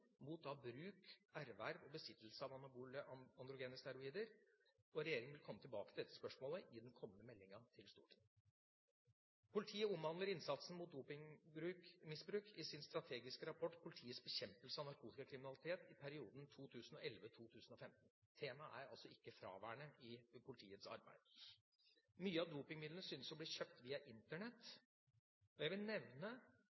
mot bruk, erverv og besittelse av anabole androgene steroider. Regjeringa vil komme tilbake til dette spørsmålet i den kommende meldinga til Stortinget. Politiet omhandler innsatsen mot dopingmisbruk i sin strategiske rapport «Politiets bekjempelse av narkotikakriminalitet i perioden 2011–2015». Temaet er altså ikke fraværende i politiets arbeid. Mye av dopingmidlene syns å bli kjøpt via